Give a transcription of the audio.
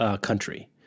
Country